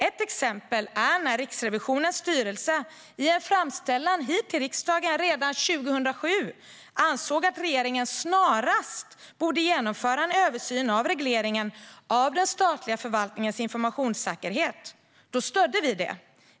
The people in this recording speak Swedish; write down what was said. Ett exempel är när Riksrevisionens styrelse i en framställan till riksdagen redan 2007 ansåg att regeringen snarast borde genomföra en översyn av regleringen av den statliga förvaltningens informationssäkerhet, något som vi då stödde.